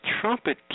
Trumpet